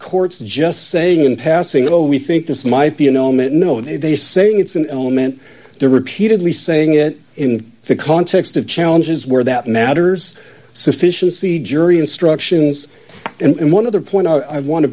courts just saying in passing oh we think this might be an element no they saying it's an element there repeatedly saying it in the context of challenges where that matters sufficiency jury instructions and one other point i want to